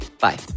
Bye